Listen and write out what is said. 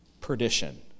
perdition